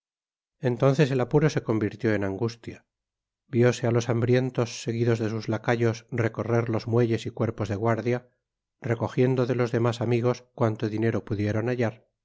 entonces el apuro se convirtió en angustia vióse á los hambrientos seguidos de sus lacayos recorrer los muelles y cuerpos de guardia recojiendo de tos demás amigos cuanto dinero pudieron hallar